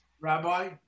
Rabbi